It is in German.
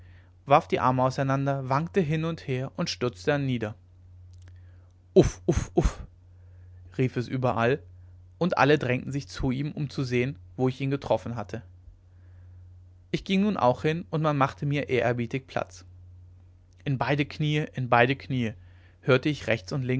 warf die arme auseinander wankte hin und her und stürzte dann nieder uff uff uff rief es überall und alle drängten sich zu ihm um zu sehen wo ich ihn getroffen hatte ich ging nun auch hin und man machte mir ehrerbietig platz in beide kniee in beide kniee hörte ich rechts und links